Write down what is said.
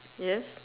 yes